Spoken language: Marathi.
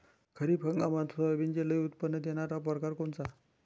खरीप हंगामात सोयाबीनचे लई उत्पन्न देणारा परकार कोनचा?